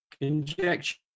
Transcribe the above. injection